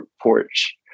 porch